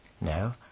No